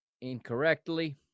incorrectly